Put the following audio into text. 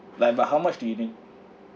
like about how much do you need